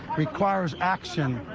requires action,